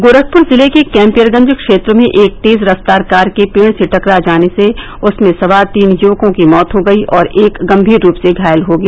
गोरखपुर जिले के कम्पियरगंज क्षेत्र में एक तेज रफ्तार कार के पेड़ से टकरा जाने से उसमें सवार तीन युवकों की मौत हो गयी और एक गम्मीर रूप से घायल हो गया